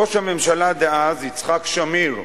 ראש הממשלה דאז, יצחק שמיר,